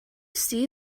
see